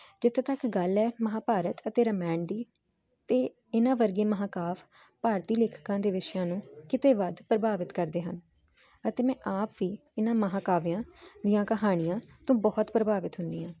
ਜਿੱਥੇ ਤੱਕ ਗੱਲ ਹ ਮਹਾਭਾਰਤ ਅਤੇ ਰਮਾਇਣ ਦੀ ਤੇ ਇਹਨਾਂ ਵਧੀਆ ਮਹਾਕਾਫ ਭਾਰਤੀ ਲੇਖਕਾਂ ਦੇ ਵਿਸ਼ਿਆਂ ਨੂੰ ਕਿਤੇ ਵੱਧ ਪ੍ਰਭਾਵਿਤ ਕਰਦੇ ਹਨ ਅਤੇ ਮੈਂ ਆਪ ਹੀ ਇਹਨਾਂ ਮਹਾਂਕਾਵਿਆਂ ਦੀਆਂ ਕਹਾਣੀਆਂ ਤੋਂ ਬਹੁਤ ਪ੍ਰਭਾਵਿਤ ਹੁੰਦੀ ਆ